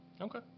okay